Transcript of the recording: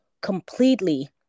completely